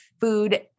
food